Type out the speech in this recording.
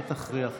אל תכריח אותי.